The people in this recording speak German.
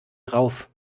drauf